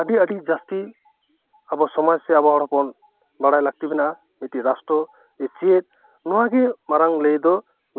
ᱟᱹᱰᱤ ᱟᱹᱰᱤ ᱡᱟᱹᱥᱛᱤ ᱟᱵᱚ ᱥᱚᱢᱟᱡᱽ ᱥᱮ ᱟᱵᱚ ᱵᱚᱱ ᱵᱟᱲᱟᱭ ᱞᱟᱹᱠᱛᱤ ᱢᱮᱱᱟᱜᱼᱟ ᱢᱤᱫ ᱴᱮᱱ ᱨᱟᱥᱴᱨᱚ ᱡᱮ ᱪᱮᱫ ᱱᱚᱶᱟ ᱜᱮ ᱢᱟᱨᱟᱝ ᱞᱟᱹᱭ ᱫᱚ